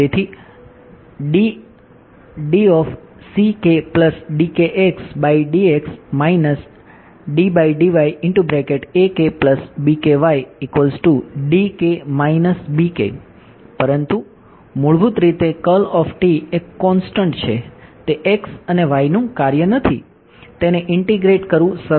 તેથી પરંતુ મૂળભૂત રીતે એ કોંસ્ટંટ કરવું સરળ છે